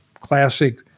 Classic